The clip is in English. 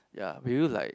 ya will you like